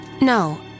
No